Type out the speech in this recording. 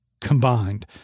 combined